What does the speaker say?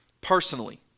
personally